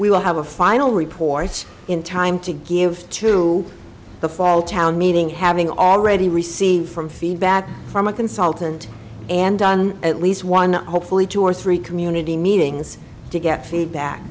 we will have a final report in time to give to the fall town meeting having already received from feedback from a consultant and done at least one hopefully two or three community meetings to get feedback